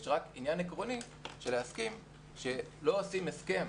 יש רק עניין עקרוני של הסכמה שלא עושים הסכם